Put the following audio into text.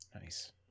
Nice